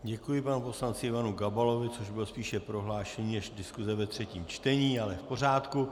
Děkuji panu poslanci Ivanu Gabalovi, což bylo spíše prohlášení než diskuse ve třetím čtení, ale v pořádku.